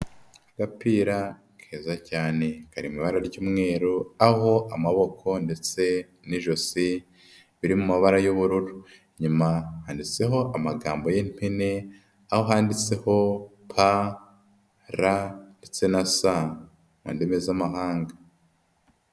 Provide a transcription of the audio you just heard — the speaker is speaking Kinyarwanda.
Agapira keza cyane, kari ibara ry'umweru, aho amaboko ndetse n'ijosi biri mu mabara y'ubururu, inyuma handitseho amagambo y'impine aho handitseho P, R ndetse na S mu ndimi z'amahanga.